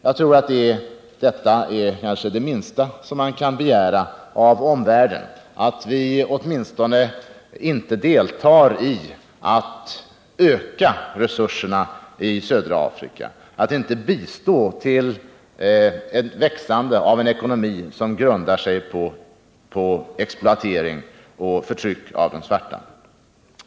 Jag tror det minsta man kan begära av omvärlden är att den åtminstone inte deltar i att öka resurserna i Sydafrika, att den inte bidrar till ett växande av en ekonomi som grundar sig på exploatering och förtryck av den svarta befolkningen.